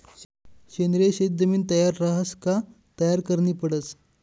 सेंद्रिय शेत जमीन तयार रहास का तयार करनी पडस